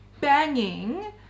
banging